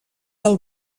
del